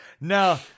No